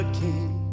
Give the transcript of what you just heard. king